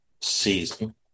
season